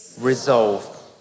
resolve